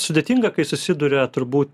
sudėtinga kai susiduria turbūt